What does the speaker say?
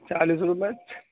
چالیس روپئے